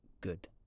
good